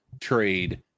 trade